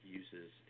uses